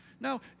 Now